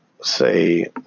say